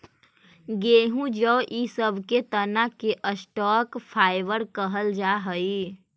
गेहूँ जौ इ सब के तना के स्टॉक फाइवर कहल जा हई